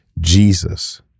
Jesus